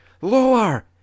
lower